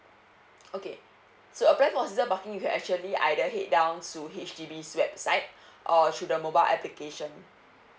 okay so apply for season parking you can actually either head down to H_D_B's website or through the mobile application